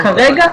כרגע,